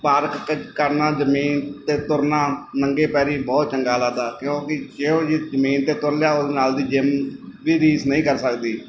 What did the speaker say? park ਕ ਕਰਨਾ ਜ਼ਮੀਨ 'ਤੇ ਤੁਰਨਾ ਨੰਗੇ ਪੈਰੀ ਬਹੁਤ ਚੰਗਾ ਲੱਗਦਾ ਕਿਉਂਕਿ ਜਿਹੋ ਜਿਹੀ ਜ਼ਮੀਨ 'ਤੇ ਤੁਰ ਲਿਆ ਉਹਦੇ ਨਾਲ ਦੀ ਜਿੰਮ ਵੀ ਰੀਸ ਨਹੀਂ ਕਰ ਸਕਦੀ